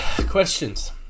questions